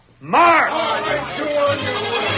march